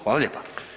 Hvala lijepa.